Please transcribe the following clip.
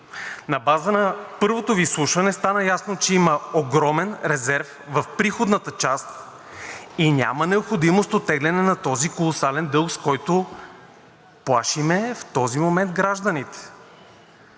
на база на първото Ви изслушване, става ясно, че има огромен резерв в приходната част и няма необходимост от теглене на този колосален дълг, с който плашим в този момент гражданите,